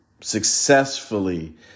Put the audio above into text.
successfully